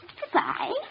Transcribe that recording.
Goodbye